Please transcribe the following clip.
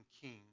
king